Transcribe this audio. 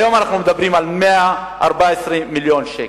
היום אנחנו מדברים על 114 מיליון שקל.